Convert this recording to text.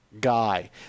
guy